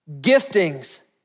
giftings